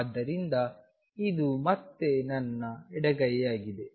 ಆದ್ದರಿಂದ ಇದು ಮತ್ತೆ ನನ್ನ ಎಡಗೈಯಾಗಿದೆ